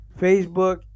Facebook